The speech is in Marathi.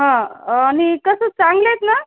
हां आणि कसं चांगले आहेत ना